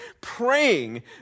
praying